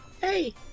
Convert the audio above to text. Hey